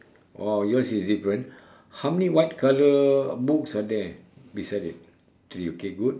oh yours is different how many white colour books are there beside it three okay good